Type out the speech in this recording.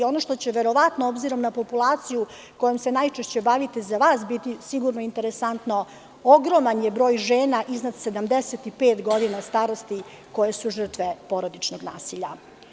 Ono što će, verovatno, obzirom na populaciju kojom se najčešće bavite, za vas biti sigurno interesantno, ogroman je broj žena iznad 75 godina starosti koje su žrtve porodičnog nasilja.